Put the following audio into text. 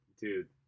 Dude